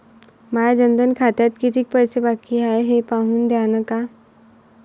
माया जनधन खात्यात कितीक पैसे बाकी हाय हे पाहून द्यान का?